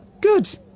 Good